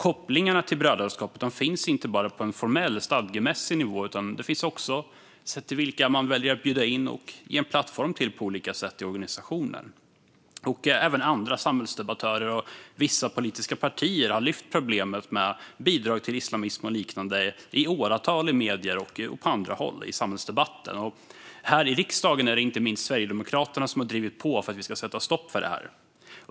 Kopplingarna till brödraskapet finns inte bara på en formell, stadgemässig nivå utan också sett till vilka man bjuder in och på olika sätt ger en plattform i organisationen. Även andra samhällsdebattörer och vissa politiska parter har lyft problemet med bidrag till islamism och liknande i åratal, i medier och på andra håll i samhällsdebatten. Här i riksdagen är det inte minst Sverigedemokraterna som har drivit på för att vi ska sätta stopp för detta.